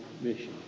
mission